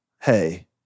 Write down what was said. Hey